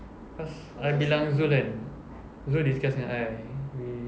cause I bilang zul kan zul discuss dengan I we